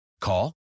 Call